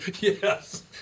Yes